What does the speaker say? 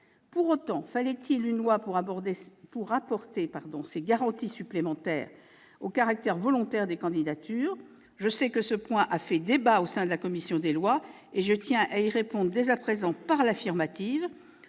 pour autant une loi pour apporter ces garanties supplémentaires au caractère volontaire des candidatures ? Je sais que ce point a fait débat au sein de la commission des lois et je tiens à répondre dès à présent à cette